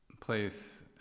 place